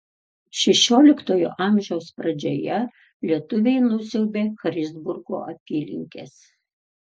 šešioliktojo amžiaus pradžioje lietuviai nusiaubė christburgo apylinkes